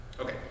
Okay